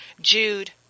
Jude